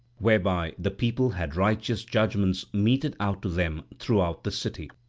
whereby the people had righteous judgments meted out to them throughout the city.